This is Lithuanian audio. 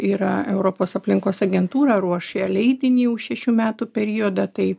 yra europos aplinkos agentūra ruošia leidinį už šešių metų periodą tai